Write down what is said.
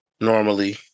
normally